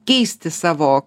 keisti savo